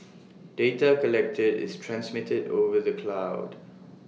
data collected is transmitted over the cloud